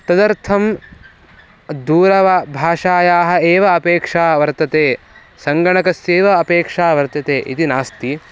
तदर्थं दूरवाणी भाषायाः एव अपेक्षा वर्तते सङ्गणकस्यैव अपेक्षा वर्तते इति नास्ति